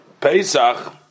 Pesach